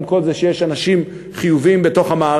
עם כל זה שיש אנשים חיוביים במערכת,